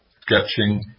sketching